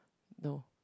no